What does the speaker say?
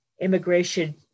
Immigration